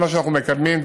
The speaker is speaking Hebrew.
כל מה שאנחנו מקדמים,